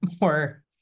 more